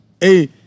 Hey